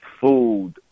food